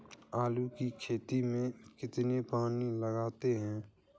आलू की खेती में कितना पानी लगाते हैं?